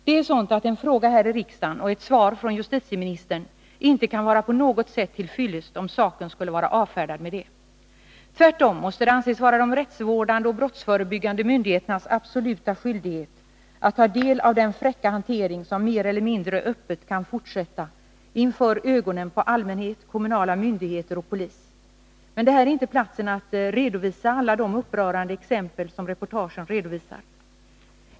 Det är sådant att det inte kan vara på något sätt till fyllest, om saken skulle vara avfärdad med en fråga här i riksdagen och ett svar från justitieministern. Tvärtom måste det anses vara de rättsvårdande och brottsförebyggande myndigheternas absoluta skyldighet att ta del av den fräcka hantering som mer eller mindre öppet kan fortsätta inför ögonen på allmänhet, kommunala myndigheter och polis. Men detta är inte platsen att redovisa alla de upprörande exempel som reportagen tagit fram.